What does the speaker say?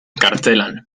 kartzelan